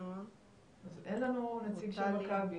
אין לנו נציג של מכבי.